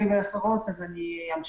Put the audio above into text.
אני אמשיך.